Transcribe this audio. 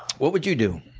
what would you do?